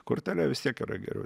kortele vis tiek yra geriau